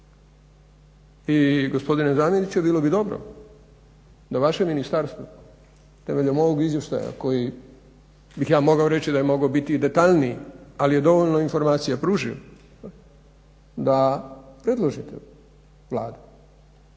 I gospodine zamjeniče bilo bi dobro da vaše ministarstvo temeljem ovog izvještaja koji bih ja mogao reći da je mogao biti i detaljniji ali je dovoljno informacija pružio da predložite Vlade